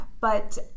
but-